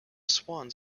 swans